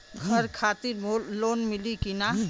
घर खातिर लोन मिली कि ना?